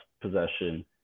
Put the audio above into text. possession